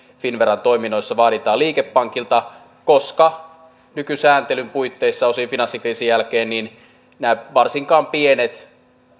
finnveran toiminnoissa vaaditaan liikepankilta koska nykysääntelyn puitteissa osin finanssikriisin jälkeen varsinkaan nämä pienet